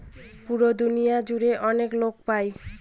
পুরো দুনিয়া জুড়ে অনেক লোক পাই